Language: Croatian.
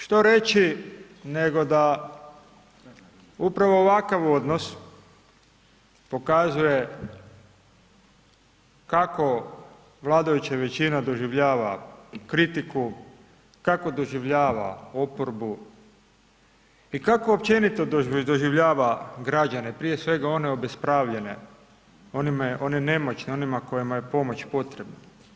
I što reći, nego da upravo ovakav odnos, pokazuje kako vladajuća većina doživljava kritiku, kako doživljava oporbu i kako općenito doživljava građane, prije svega one obespravljene, one nemoćne, onima kojima je pomoć potrebna.